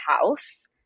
house